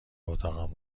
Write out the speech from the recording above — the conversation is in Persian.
اتاقم